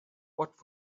what